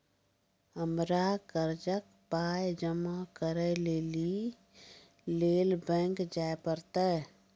हमरा कर्जक पाय जमा करै लेली लेल बैंक जाए परतै?